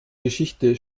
geschichte